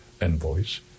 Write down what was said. envoys